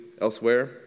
elsewhere